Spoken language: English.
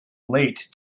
late